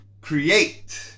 create